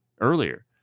earlier